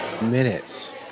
minutes